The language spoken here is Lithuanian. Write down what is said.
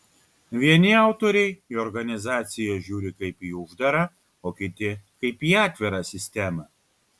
vieni autoriai į organizaciją žiūri kaip į uždarą o kiti kaip į atvirą sistemą